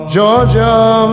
Georgia